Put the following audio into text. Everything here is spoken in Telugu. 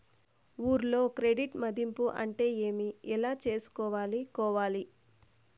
ఊర్లలో క్రెడిట్ మధింపు అంటే ఏమి? ఎలా చేసుకోవాలి కోవాలి?